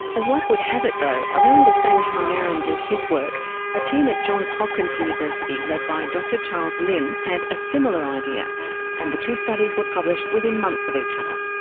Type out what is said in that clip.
as luck would have it though, around the same time aaron did his work at team at johns hopkins university led by dr charles limb had a similar idea and the two studies were published within months of each other.